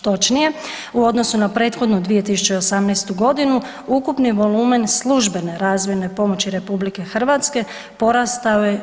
Točnije, u odnosu na prethodnu 2018. godinu ukupni volumen službene razvojne pomoći RH porastao je 6%